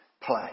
play